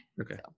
Okay